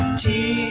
tea